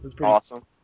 Awesome